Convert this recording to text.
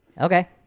Okay